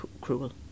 cruel